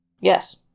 Yes